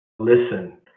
listen